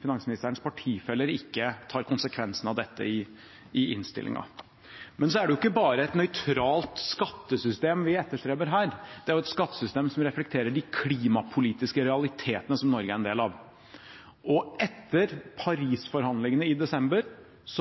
finansministerens partifeller ikke tar konsekvensen av dette i innstillingen. Men så er det jo ikke bare et nøytralt skattesystem vi etterstreber her, det er et skattesystem som reflekterer de klimapolitiske realitetene som Norge er en del av. Og etter Paris-forhandlingene i desember